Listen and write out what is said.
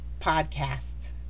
podcast